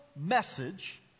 message